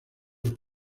los